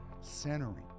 centering